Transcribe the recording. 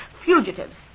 fugitives